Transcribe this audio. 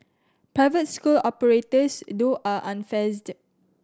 private school operators though are unfazed